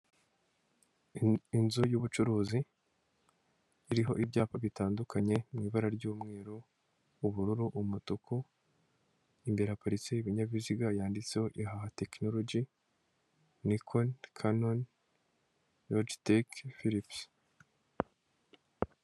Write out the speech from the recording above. Inzu y'ubucuruzi iriho ibyapa bitandukanye mu ibara ry'umweru' ubururu' umutuku imbere haparitse ibinyabiziga yanditseho ihaha tekinoroji nikoni kanoni roji teke firipusi.